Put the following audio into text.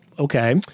Okay